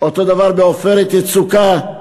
אותו דבר ב"עופרת יצוקה".